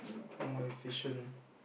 more efficient